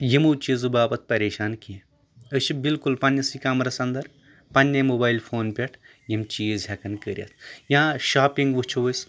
یِمو چیٖزٕ باپَتھ پریشان کینٛہہ أسۍ چھِ بالکُل پَنٛنِسٕے کمرَس اندَر پنٛنے موبایِل فونہٕ پٮ۪ٹھ یِم چیٖز ہٮ۪کَان کٔرِتھ یا شاپِنٛگ وٕچھو أسۍ